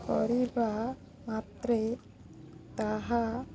କରିବା ମାତ୍ରେ ତାହା